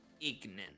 Ignan